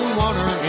water